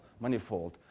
manifold